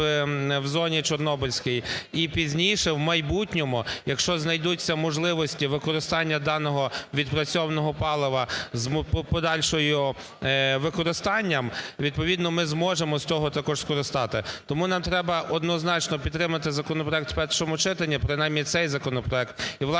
відповідно ми зможемо з цього також скористатись. Тому нам треба однозначно підтримати законопроект в першому читанні, принаймні цей законопроект.